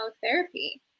therapy